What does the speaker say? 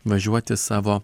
važiuoti savo